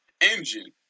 engine